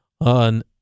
on